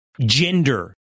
gender